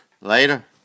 Later